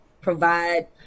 provide